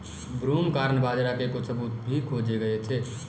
broomcorn बाजरा के कुछ सबूत भी खोजे गए थे